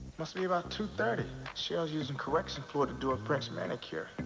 must be about two thirty. cheryl's using correction fluid to do a french manicure.